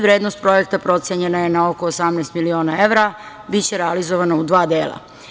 Vrednost projekta procenjena je na oko 18 miliona evra, biće realizovano u dva dela.